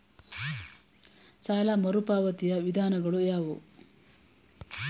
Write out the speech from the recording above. ಸಾಲ ಮರುಪಾವತಿಯ ವಿಧಾನಗಳು ಯಾವುವು?